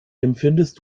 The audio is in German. empfindest